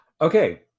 Okay